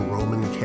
Roman